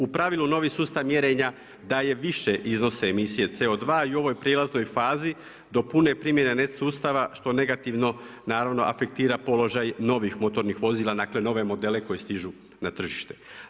U pravilu novi sustav mjerenja daje više iznose emisije CO2 i u ovoj prijelaznoj fazi do pune primjene … sustava što negativno naravno afektira položaj novih motornih vozila, dakle nove modele koji stižu na tržište.